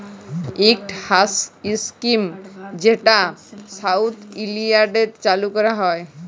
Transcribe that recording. ইকট ইস্কিম যেট সাউথ ইলডিয়াতে চালু ক্যরা হ্যয়